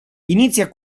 inizia